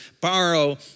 borrow